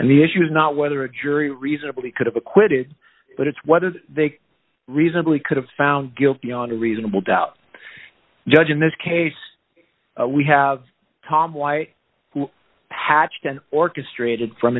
and the issue is not whether a jury reasonably could have acquitted but it's whether they reasonably could have found guilty on a reasonable doubt judge in this case we have tom white who patched and orchestrated from